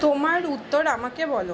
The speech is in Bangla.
তোমার উত্তর আমাকে বলো